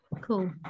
cool